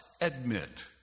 admit